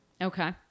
Okay